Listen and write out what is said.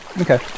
Okay